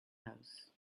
house